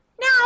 Now